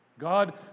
God